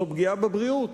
זו פגיעה בבריאות,